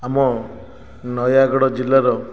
ଆମ ନୟାଗଡ଼ ଜିଲ୍ଲାର